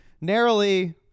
narrowly